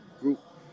group